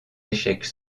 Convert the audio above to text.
échecs